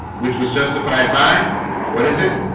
which was justified by what is it?